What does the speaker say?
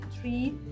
three